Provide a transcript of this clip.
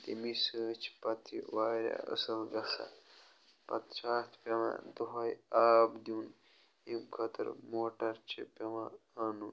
تَمے سۭتۍ چھِ پتہٕ یہِ واریاہ اصٕل گژھان پتہٕ چھِ اَتھ پیٚوان دۄہے آب دیٛن ییٚمہِ خٲطرٕ موٹَر چھُ پیٚوان آنُن